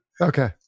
Okay